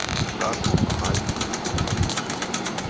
the plasma of a hydrogen of three different strength.